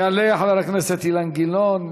יעלה חבר הכנסת אילן גילאון.